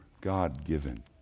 God-given